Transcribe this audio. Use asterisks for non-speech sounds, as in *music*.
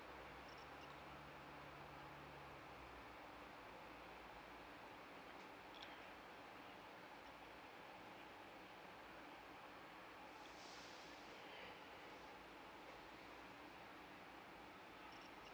*breath*